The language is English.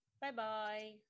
Bye-bye